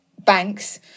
banks